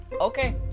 Okay